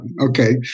okay